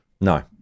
No